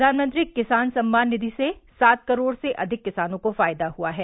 प्रधानमंत्री किसान सम्मान निधि से सात करोड़ से अधिक किसानों को फायदा हुआ है